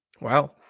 Wow